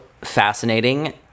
fascinating